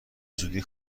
زودی